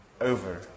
over